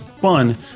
fun